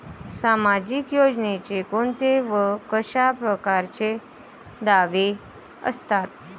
सामाजिक योजनेचे कोंते व कशा परकारचे दावे असतात?